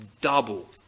double